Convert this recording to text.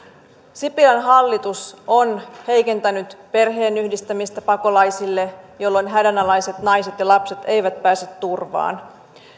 sipilän hallitus on heikentänyt perheenyhdistämistä pakolaisille jolloin hädänalaiset naiset ja lapset eivät pääse turvaan